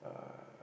uh